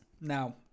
Now